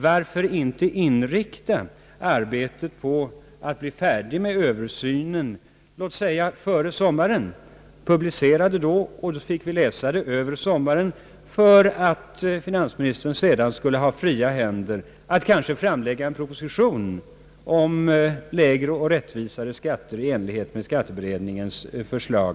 Man kunde t.ex. inrikta sig på att bli färdig med översynen före sommaren. Om utredningen då publicerades, skulle vi få tillfälle att läsa den över sommaren, och finansministern kunde sedan ha fria händer att eventuellt redan till hösten i år framlägga en proposition om lägre och rättvisare skatter i enlighet med skatteberedningens förslag.